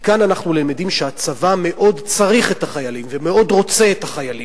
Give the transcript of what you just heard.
מכאן אנחנו למדים שהצבא מאוד צריך את החיילים ומאוד רוצה את החיילים,